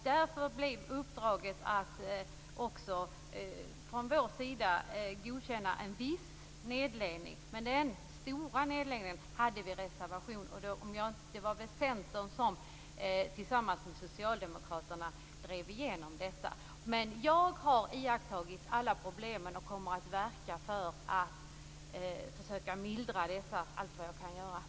Därför blev uppdraget att också från vår sida godkänna en viss nedläggning. Men vad gäller den stora nedläggningen hade vi en reservation. Det var väl Centern som tillsammans med Socialdemokraterna drev igenom detta. Jag har iakttagit alla problem och kommer att verka för att försöka mildra dem allt vad jag kan.